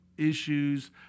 issues